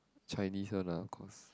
Chinese one lah of course